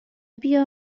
بیار